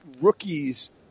rookies